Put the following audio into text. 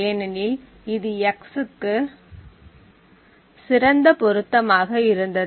ஏனெனில் இது x க்கு சிறந்த பொருத்தமாக இருந்தது